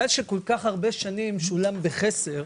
שכל כך הרבה שנים אנחנו בחסר,